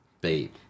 beat